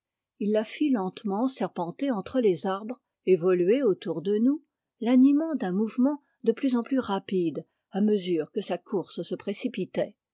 il la fit lentement serpenter entre les arbres évoluer autour de nous l'animant d'un mouvement de plus en plus rapide à mesure que sa course se précipitait